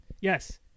yes